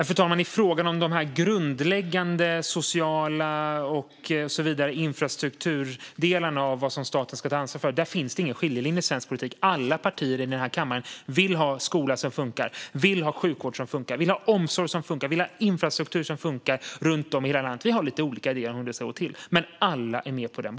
Fru talman! I fråga om den grundläggande sociala infrastruktur som staten ska ta ansvar för finns det ingen skiljelinje i svensk politik: Alla partier i den här kammaren vill ha skola, sjukvård, omsorg och infrastruktur som funkar runt om i hela landet. Vi har lite olika idéer om hur det ska gå till, men alla är med på det.